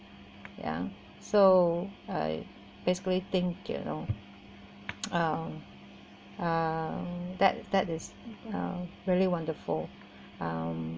ya so I basically think you know uh uh that that is a really wonderful um